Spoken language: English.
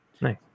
Nice